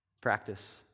Practice